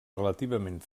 relativament